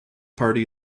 party